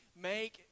make